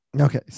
Okay